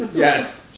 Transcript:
yes